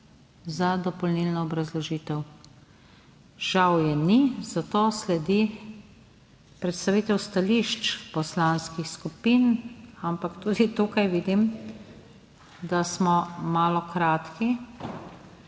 za dopolnilno obrazložitev žal, je ni. Zato sledi predstavitev stališč poslanskih skupin. Ampak tudi tukaj vidim, da smo malo kratki.